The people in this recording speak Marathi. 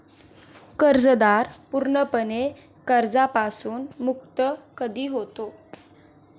कर्जदार पूर्णपणे कर्जापासून मुक्त कधी होतो?